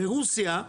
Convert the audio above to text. ברוסיה,